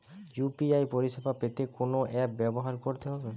UPI পরিসেবা পেতে কোন অ্যাপ ব্যবহার করতে হবে?